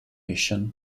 mission